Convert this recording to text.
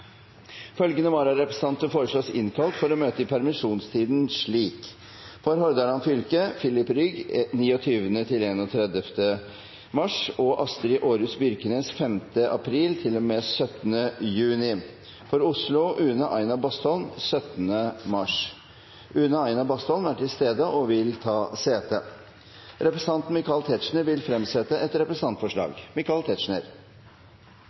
Følgende vararepresentanter innkalles for å møte i permisjonstiden slik: For Hordaland fylke: Filip Rygg 29.–31. mars og Astrid Aarhus Byrknes 5. april til og med 17. juni. For Oslo: Une Aina Bastholm 17. mars. Une Aina Bastholm er til stede og vil ta sete. Representanten Michael Tetzschner vil fremsette et